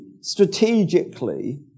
strategically